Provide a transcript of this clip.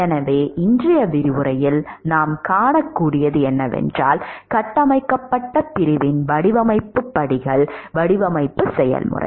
எனவே இன்றைய விரிவுரையில் நாம் காணக்கூடியது என்னவென்றால் கட்டமைக்கப்பட்ட பிரிவின் வடிவமைப்பு படிகள் வடிவமைப்பு செயல்முறை